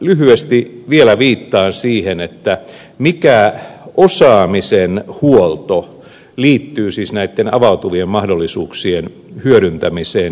lyhyesti viittaan vielä siihen mikä osaamisen huolto liittyy siis näiden avautuvien mahdollisuuksien hyödyntämiseen